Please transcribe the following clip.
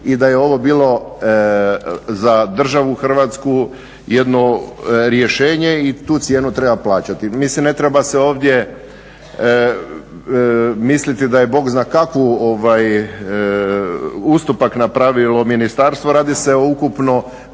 i da je ovo bilo za državu Hrvatsku jedno rješenje i tu cijenu treba plaćati. Mislim, ne treba se ovdje misliti da je Bog zna kakvu ustupak napravilo ministarstvo. Radi se o ukupno